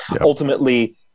ultimately